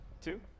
two